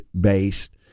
based